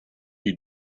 you